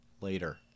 later